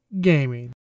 gaming